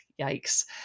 Yikes